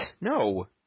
No